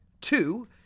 Two